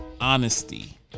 honesty